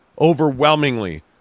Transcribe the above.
overwhelmingly